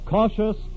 Cautious